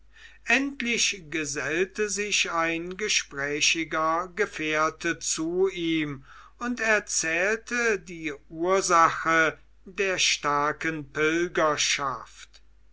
endlich gesellte sich ein gesprächiger gefährte zu ihm und erzählte die ursache der starken